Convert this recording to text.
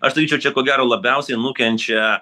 aš sakyčiai čia ko gero labiausiai nukenčia